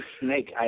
Snake